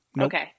okay